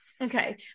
Okay